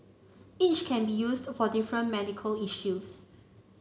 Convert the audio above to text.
each can be used for different medical issues